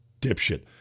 dipshit